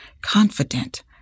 confident